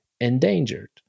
endangered